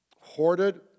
hoarded